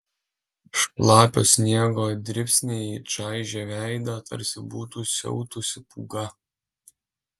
šlapio sniego dribsniai čaižė veidą tarsi būtų siautusi pūga